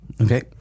Okay